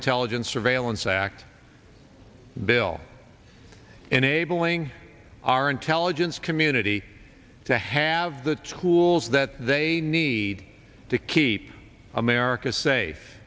intelligence surveillance act bill enabling our intelligence community to have the tools that they need to keep america safe